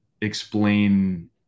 explain